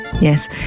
Yes